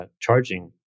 charging